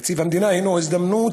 תקציב המדינה הוא הזדמנות